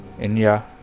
India